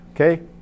okay